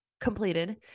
completed